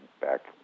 back